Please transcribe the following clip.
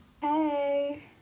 hey